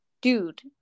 Dude